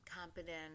competent